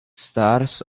stars